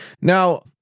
now